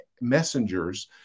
messengers